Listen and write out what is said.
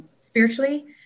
spiritually